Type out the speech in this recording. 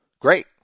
great